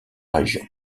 région